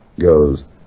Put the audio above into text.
goes